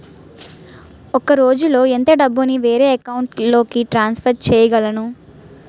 ఒక రోజులో ఎంత డబ్బుని వేరే అకౌంట్ లోకి ట్రాన్సఫర్ చేయగలను?